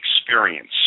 experience